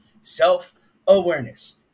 self-awareness